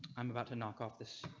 i'm about to knock off this.